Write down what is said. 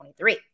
2023